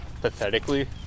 Pathetically